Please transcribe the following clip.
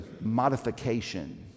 modification